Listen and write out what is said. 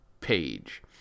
page